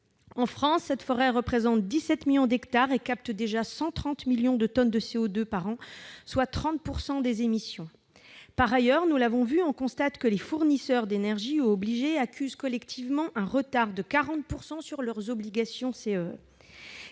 En France, la forêt représente 17 millions d'hectares et capte déjà 130 millions de tonnes de CO2 par an, soit 30 % des émissions. Par ailleurs, on constate que les fournisseurs d'énergie et les obligés accusent collectivement un retard de 40 % sur leurs obligations